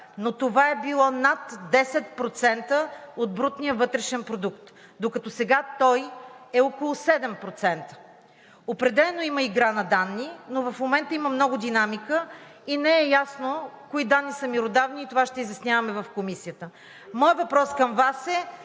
но това е било над 10% от брутния вътрешен продукт. Докато сега той е около 7%. Определено има игра на данни, но в момента има много динамика и не е ясно кои данни са меродавни, и това ще изясняваме в Комисията. Моят въпрос към Вас е: